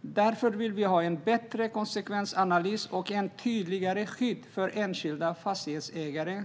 Därför vill vi ha en bättre konsekvensanalys och ett tydligare skydd för enskilda fastighetsägare.